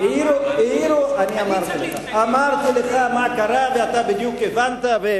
אני צריך, אמרתי לך מה קרה, ואתה הבנת בדיוק.